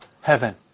heaven